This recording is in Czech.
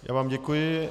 Já vám děkuji.